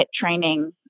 training